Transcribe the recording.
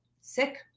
sick